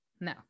No